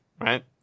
right